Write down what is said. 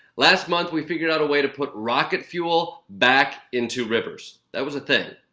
last month, we figured out a way to put rocket fuel back into rivers. that was a thing.